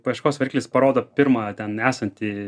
paieškos variklis parodo pirmą ten esantį